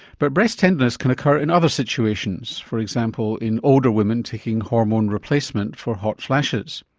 but breast tenderness can occur in other situations for example in older women taking hormone replacement for hot flushes.